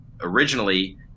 originally